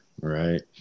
Right